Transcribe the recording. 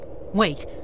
wait